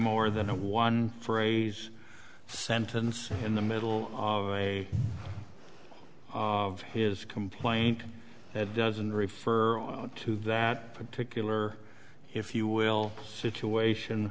more than a one phrase sentence in the middle of a of his complaint that doesn't refer to that particular if you will situation